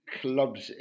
clubs